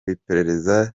iperereza